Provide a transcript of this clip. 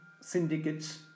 syndicates